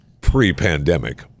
pre-pandemic